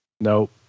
Nope